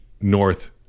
North